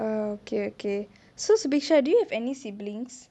oh okay okay so subisha do you have any siblings